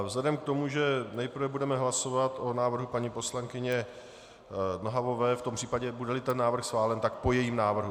Vzhledem k tomu, že nejprve budeme hlasovat o návrhu paní poslankyně Nohavové, v tom případě, budeli ten návrh schválen, tak po jejím návrhu.